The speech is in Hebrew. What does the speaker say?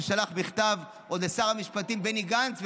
ששלח מכתב עוד לשר המשפטים בני גנץ,